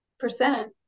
percent